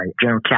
General